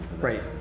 Right